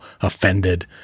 offended